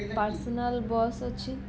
personal bus ଅଛି